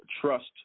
trust